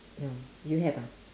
no you have ah